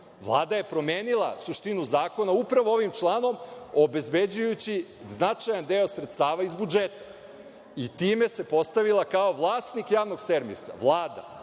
Vlada je promenila suštinu zakona, upravo ovim članom, obezbeđujući značajan deo sredstava iz budžeta i time se postavila kao vlasnik javnog servisa, Vlada,